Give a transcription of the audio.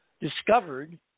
discovered